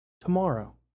tomorrow